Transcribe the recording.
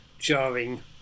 Jarring